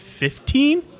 Fifteen